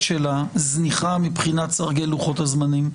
שלה זניחה מבחינת סרגל לוחות הזמנים.